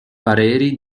pareri